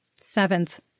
Seventh